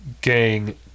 gang